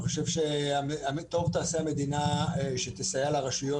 אני חושב שטוב תעשה המדינה שתסייע לרשויות